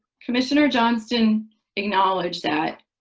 commissioner johnston acknowledged that